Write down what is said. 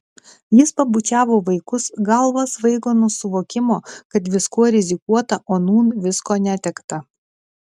jis pabučiavo vaikus galva svaigo nuo suvokimo kad viskuo rizikuota o nūn visko netekta